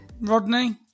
Rodney